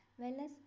wellness